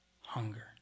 hunger